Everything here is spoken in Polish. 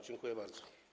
Dziękuję bardzo.